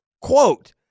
Quote